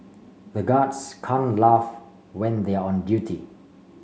the guards can't laugh when they are on duty